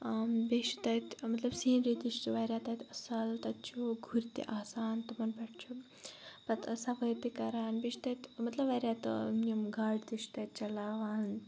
بیٚیہِ چھُ تَتہِ مَطلَب سیٖنری تہِ چھِ واریاہ تَتہِ اَصل تَتہِ چھُ گُرۍ تہِ آسان تِمَن پیٚٹھ چھُ پَتہ ٲس صفٲیی تہِ کَران بییٚہِ چھُ تَتہِ مَطلَب واریاہ یِم گاڈِ تہِ چھِ تَتہِ چَلاوان